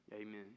Amen